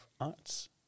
arts